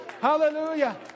Hallelujah